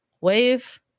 wave